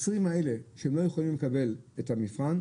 20 האלה שהם לא יכולים לקבל את המבחן,